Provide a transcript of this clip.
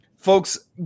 Folks